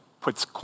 puts